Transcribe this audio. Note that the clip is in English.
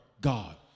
God